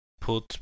put